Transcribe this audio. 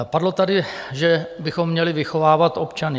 Padlo tady, že bychom měli vychovávat občany.